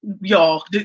y'all